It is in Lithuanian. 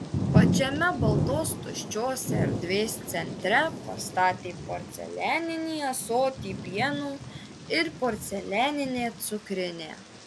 pačiame baltos tuščios erdvės centre pastatė porcelianinį ąsotį pieno ir porcelianinę cukrinę